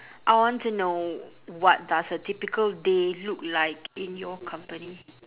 I want to know what does a typical day look like in your company